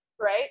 right